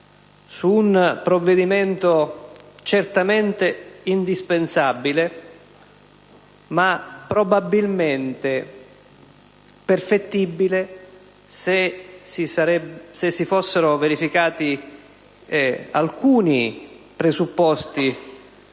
su un provvedimento certamente indispensabile ma probabilmente perfettibile, se si fossero verificati alcuni presupposti